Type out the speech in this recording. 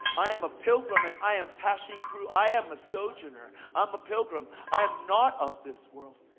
i am a pilgrim, and i am passing through. i am a sojourner. i'm a pilgrim. i am not of this world.